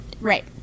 right